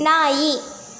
ನಾಯಿ